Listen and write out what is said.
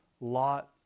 Lot